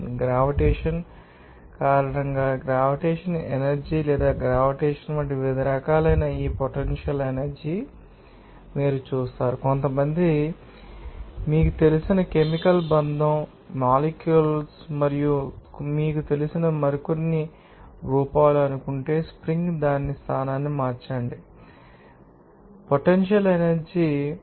gravitation కారణంగా gravitation energy లేదా gravitation వంటి వివిధ రకాలైన ఈ పొటెన్షియల్ ఎనర్జీ మీరు చూస్తారు మరియు కొంతమంది కారణంగా మీకు తెలిసిన కెమికల్ బంధం మీకు తెలుసా మొలిక్యూల్స్ ు మరియు మీకు తెలిసిన మరికొన్ని రూపాలు అనుకుంటే స్ప్రింగ్ దాని స్థానాన్ని మార్చండి మీకు తెలుసా మీకు తెలుసా పొటెన్షియల్ ఎనర్జీ మీకు తెలుస్తుంది నిజంగా అక్కడ